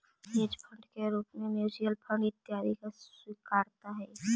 hedge fund के रूप में म्यूच्यूअल फंड इत्यादि के स्वीकार्यता हई